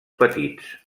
petits